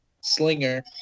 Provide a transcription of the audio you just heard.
slinger